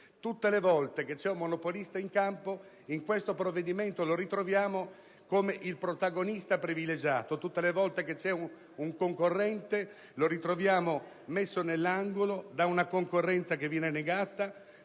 Tutte le volte che c'è un monopolista in campo, in questo provvedimento lo ritroviamo come il protagonista privilegiato. Tutte le volte che c'è un concorrente lo ritroviamo messo nell'angolo da una concorrenza che viene negata,